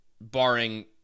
Barring